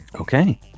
Okay